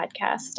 podcast